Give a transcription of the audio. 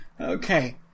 Okay